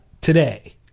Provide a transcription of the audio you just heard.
today